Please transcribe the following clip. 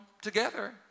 together